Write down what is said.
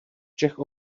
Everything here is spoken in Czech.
čech